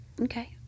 okay